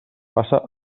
passa